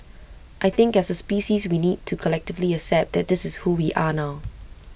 I think as A species we need to collectively accept that this is who we are now